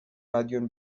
مدیون